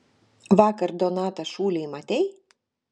vakar donatą šūlėj matei